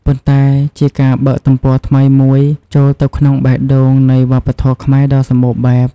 ប៉ុន្តែជាការបើកទំព័រថ្មីមួយចូលទៅក្នុងបេះដូងនៃវប្បធម៌ខ្មែរដ៏សម្បូរបែប។